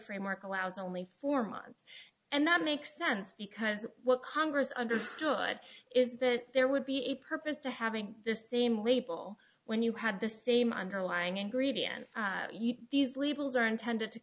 framework allows only four months and that makes sense because what congress understood is that there would be a purpose to having the same label when you had the same underlying ingredient